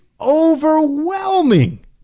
overwhelming